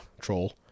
Troll